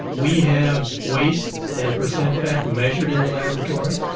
we have waist and percent fat measured in the laboratory,